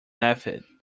method